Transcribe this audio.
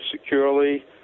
securely